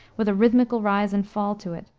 with a rithmical rise and fall to it,